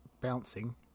bouncing